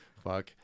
Fuck